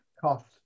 cost